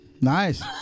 Nice